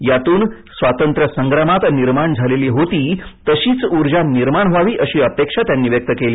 यातून स्वातंत्र्य संग्रामात निर्माण झाली होती तशीच उर्जा निर्माण व्हावी अशी अपेक्षा त्यांनी व्यक्त केली